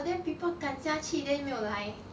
then people 赶下去 then 你没有来